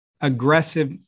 aggressive